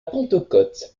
pentecôte